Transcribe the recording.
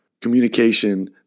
Communication